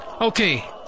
Okay